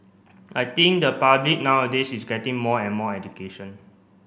I think the public nowadays is getting more and more education